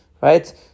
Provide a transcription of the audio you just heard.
Right